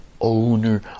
owner